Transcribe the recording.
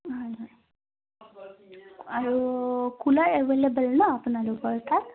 হয় হয় আৰু কুলাৰ এভেইলেবল ন আপোনালোকৰ তাত